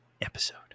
episode